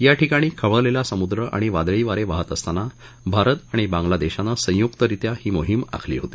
याठिकाणी खवळलेला समुद्र आणि वादळी वारे वाहत असताना भारत आणि बांगलादेशानं संयुकरित्या ही मोहीम आखली होती